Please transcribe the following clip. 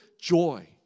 joy